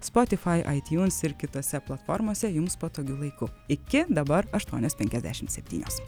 spotifai aitjuns ir kitose platformose jums patogiu laiku iki dabar aštuonios penkiasdešimt septynios